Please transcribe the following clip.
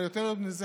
אבל יותר מזה,